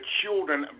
children